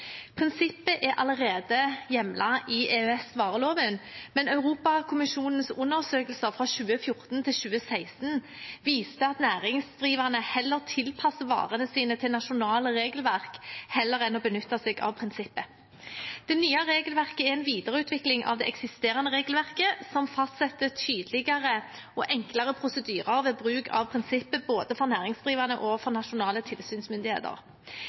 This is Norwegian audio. Prinsippet er allerede hjemlet i EØS-vareloven, men Europakommisjonens undersøkelser fra 2014 til 2016 viste at næringsdrivende heller tilpasser varene sine til nasjonale regelverk enn å benytte seg av prinsippet. Det nye regelverket er en videreutvikling av det eksisterende regelverket, som fastsetter tydeligere og enklere prosedyrer ved bruk av prinsippet både for næringsdrivende og for nasjonale tilsynsmyndigheter.